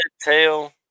Tail